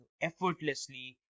effortlessly